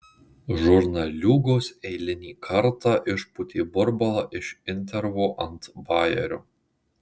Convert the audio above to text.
žurnaliūgos eilinį kartą išpūtė burbulą iš intervo ant bajerio